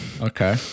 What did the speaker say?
Okay